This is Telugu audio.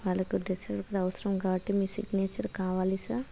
వాళ్ళకు కొద్దిసేపులో అవసరం కాబట్టి మీ సిగ్నేచర్ కావాలి సార్